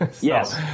Yes